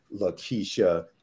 LaKeisha